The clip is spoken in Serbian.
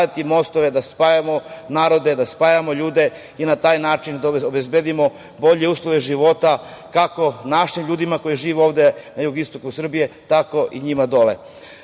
da spajamo narode, da spajamo ljude i na taj način obezbediti bolje uslove života kako našim ljudima koji žive ovde na jugoistoku Srbije, tako i njima